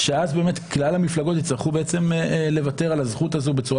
שאז באמת כלל המפלגות יצטרכו לוותר על הזכות הזאת בצורה